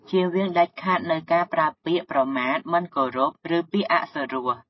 ជៀសវាងដាច់ខាតនូវការប្រើពាក្យប្រមាថ មិនគោរព ឬពាក្យ ពារី អសុរោះ។